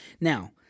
Now